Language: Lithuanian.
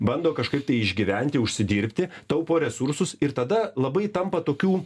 bando kažkaip tai išgyventi užsidirbti taupo resursus ir tada labai tampa tokių